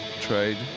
trade